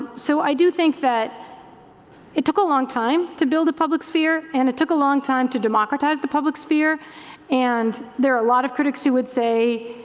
so i do think that it took a long time to build a public sphere and it took a long time to democratize the public sphere and there are a lot of critics who would say